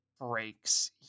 breaks